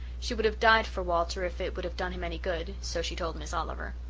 she would have died for walter if it would have done him any good, so she told miss oliver.